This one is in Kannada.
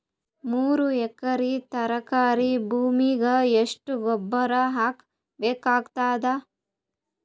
ಮೂರು ಎಕರಿ ತರಕಾರಿ ಭೂಮಿಗ ಎಷ್ಟ ಗೊಬ್ಬರ ಹಾಕ್ ಬೇಕಾಗತದ?